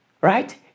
right